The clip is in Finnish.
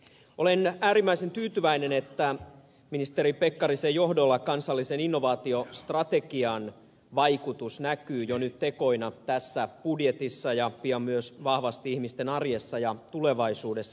olen äärimmäisen tyytyväinen että ministeri pekkarisen johdolla kansallisen innovaatiostrategian vaikutus näkyy jo nyt tekoina tässä budjetissa ja pian myös vahvasti ihmisten arjessa ja tulevaisuudessa